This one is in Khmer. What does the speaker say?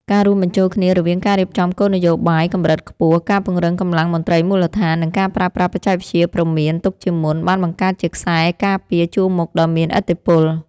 ការរួមបញ្ចូលគ្នារវាងការរៀបចំគោលនយោបាយកម្រិតខ្ពស់ ការពង្រឹងកម្លាំងមន្ត្រីមូលដ្ឋាន និងការប្រើប្រាស់បច្ចេកវិទ្យាព្រមានទុកជាមុន បានបង្កើតជាខ្សែការពារជួរមុខដ៏មានឥទ្ធិពល។